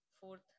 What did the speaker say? fourth